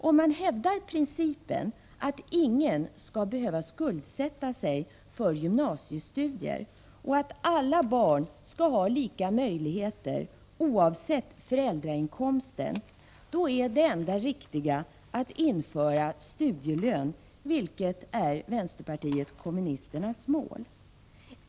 Om man hävdar principen att ingen skall behöva skuldsätta sig för gymnasiestudier och att alla barn skall ha samma möjligheter, oavsett föräldrainkomsten, då är det enda riktiga att införa studielön, något som är vänsterpartiet kommunisternas mål.